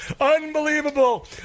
Unbelievable